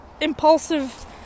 impulsive